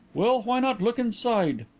well, why not look inside?